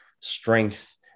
strength